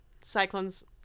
Cyclones